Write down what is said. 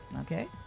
Okay